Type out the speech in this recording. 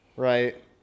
Right